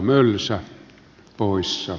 arvoisa puhemies